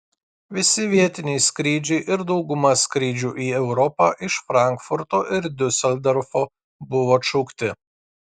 visi vietiniai skrydžiai ir dauguma skrydžių į europą iš frankfurto ir diuseldorfo buvo atšaukti